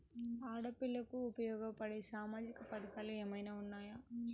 ఆడపిల్లలకు ఉపయోగపడే సామాజిక పథకాలు ఏమైనా ఉన్నాయా?